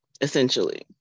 essentially